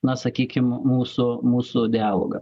na sakykim mūsų mūsų dialogą